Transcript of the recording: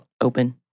open